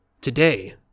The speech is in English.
Today